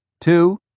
two